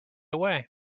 away